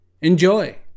Enjoy